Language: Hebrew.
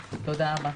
תודה רבה.